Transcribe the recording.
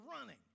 running